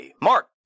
Mark